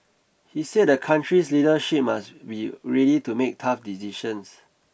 he said the country's leadership must be ready to make tough decisions